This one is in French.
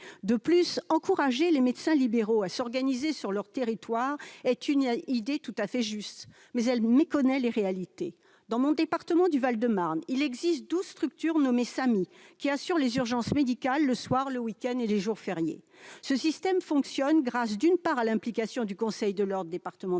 l'idée d'encourager les médecins libéraux à s'organiser sur leur territoire est tout à fait juste, ce texte méconnaît les réalités. Dans mon département du Val-de-Marne, il existe douze structures, dénommées « SAMI », qui assurent les urgences médicales le soir, le week-end et les jours fériés. Ce système fonctionne grâce, d'une part, à l'implication du conseil de l'ordre départemental